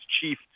chief